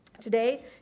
Today